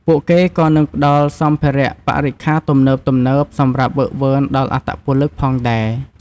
ពួកគេក៏នឹងផ្គត់ផ្គង់សម្ភារៈបរិក្ខារទំនើបៗសម្រាប់ហ្វឹកហ្វឺនដល់អត្តពលិកផងដែរ។